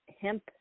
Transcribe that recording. hemp